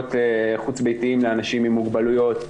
במוסדות חוץ ביתיים לאנשים עם מוגבלויות,